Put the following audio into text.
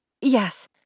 Yes